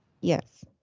Yes